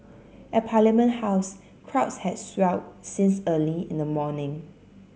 at Parliament House crowds had swelled since early in the morning